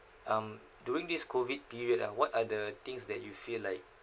um during this COVID period ah what are the things that you feel like